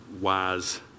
wise